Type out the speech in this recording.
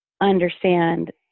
understand